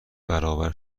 برابر